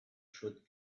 should